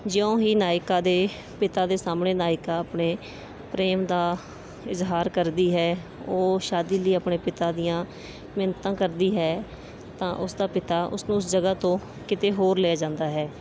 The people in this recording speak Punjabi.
ਜਿਉਂ ਹੀ ਨਾਇਕਾ ਦੇ ਪਿਤਾ ਦੇ ਸਾਹਮਣੇ ਨਾਇਕਾ ਆਪਣੇ ਪ੍ਰੇਮ ਦਾ ਇਜ਼ਹਾਰ ਕਰਦੀ ਹੈ ਉਹ ਸ਼ਾਦੀ ਲਈ ਆਪਣੇ ਪਿਤਾ ਦੀਆਂ ਮਿੰਨਤਾਂ ਕਰਦੀ ਹੈ ਤਾਂ ਉਸ ਦਾ ਪਿਤਾ ਉਸ ਨੂੰ ਉਸ ਜਗ੍ਹਾ ਤੋਂ ਕਿਤੇ ਹੋਰ ਲੈ ਜਾਂਦਾ ਹੈ